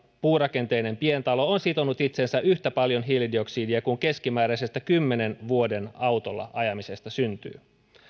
puurakenteinen pientalo on sitonut itseensä yhtä paljon hiilidioksidia kuin keskimääräisestä kymmenen vuoden autolla ajamisesta syntyy